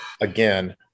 again